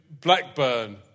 Blackburn